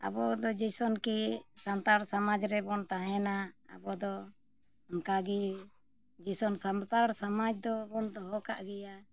ᱟᱵᱚ ᱫᱚ ᱡᱮᱭᱥᱮ ᱠᱤ ᱥᱟᱱᱛᱟᱲ ᱥᱚᱢᱟᱡᱽ ᱨᱮᱵᱚᱱ ᱛᱟᱦᱮᱱᱟ ᱟᱵᱚ ᱫᱚ ᱚᱱᱠᱟ ᱜᱮ ᱡᱮᱭᱥᱮ ᱥᱟᱱᱛᱟᱲ ᱥᱚᱢᱟᱡᱽ ᱫᱚᱵᱚᱱ ᱫᱚᱦᱚ ᱠᱟᱜ ᱜᱮᱭᱟ